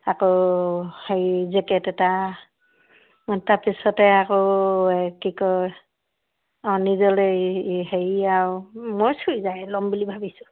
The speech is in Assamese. আকৌ হেৰি জেকেট এটা তাৰপিছতে আকৌ কি কয় অ নিজলে হেৰি আও মই চুৰিদাৰ ল'ম বুলি ভাবিছোঁ